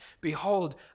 Behold